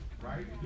right